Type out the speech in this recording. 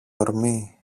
ορμή